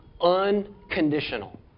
unconditional